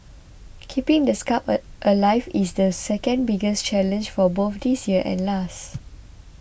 keeping the spark alive is the second biggest challenge for both this year and last